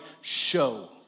show